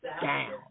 down